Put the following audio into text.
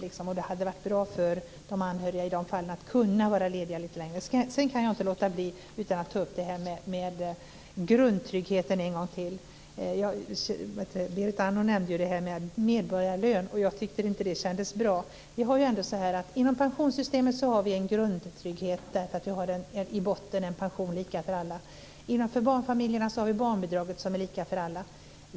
I de fallen hade det varit bra för de anhöriga att kunna vara lediga lite längre. Sedan kan jag inte låta bli att ta upp frågan om grundtryggheten en gång till. Berit Andnor nämnde medborgarlön, och jag tyckte inte att det kändes bra. Inom pensionssystemet har vi en grundtrygghet därför att vi i botten har en pension, lika för alla. För barnfamiljerna har vi barnbidraget, som är lika för alla.